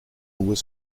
was